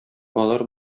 алар